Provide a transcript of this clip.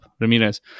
Ramirez